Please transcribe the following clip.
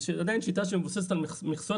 זאת עדיין שיטה שמבוססת על מכסות